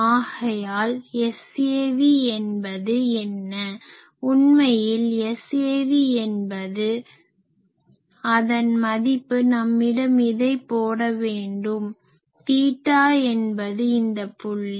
ஆகையால் Savஎன்பது என்ன உண்மையில் Savஎன்பது அதன் மதிப்பு நம்மிடம் இதை போட வேண்டும் தீட்டா என்பது இந்த புள்ளி